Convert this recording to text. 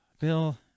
Bill